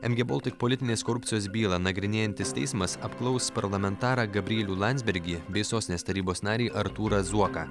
mg boltik politinės korupcijos bylą nagrinėjantis teismas apklaus parlamentarą gabrielių landsbergį bei sostinės tarybos narį artūrą zuoką